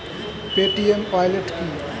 Paytm wallet কি?